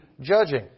judging